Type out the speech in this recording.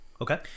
Okay